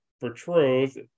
betrothed